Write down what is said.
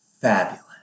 fabulous